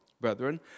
brethren